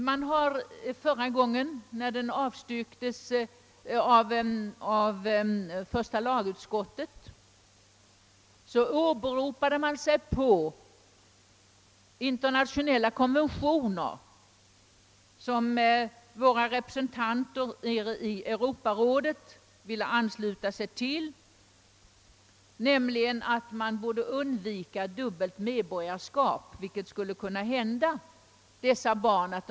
När denna fråga vid föregående tillfälle avstyrktes av första lagutskottet åberopade man internationella konventioner, som våra representanter i Europarådet ville ansluta sig till, om undvikande av dubbelt medborgarskap, vilket skulle kunna komma i fråga för dessa barn.